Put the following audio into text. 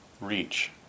reach